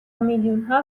میلیونها